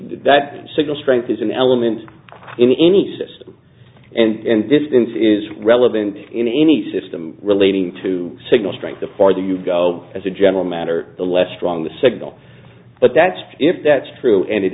that signal strength is an element in any system and distance is relevant in any system relating to signal strength the farther you go as a general matter the less strong the signal but that's if that's true and it